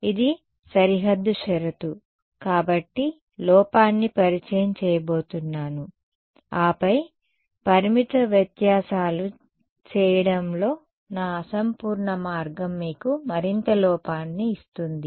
ఇది సరిహద్దు పరిస్థితి కాబట్టి లోపాన్ని పరిచయం చేయబోతున్నాను ఆపై పరిమిత వ్యత్యాసాలు చేయడంలో నా అసంపూర్ణ మార్గం మీకు మరింత లోపాన్ని ఇస్తుంది